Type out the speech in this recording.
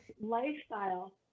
lifestyle